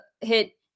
hit